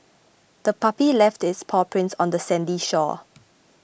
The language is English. the puppy left its paw prints on the sandy shore